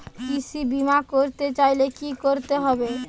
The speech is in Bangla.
কৃষি বিমা করতে চাইলে কি করতে হবে?